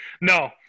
No